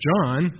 John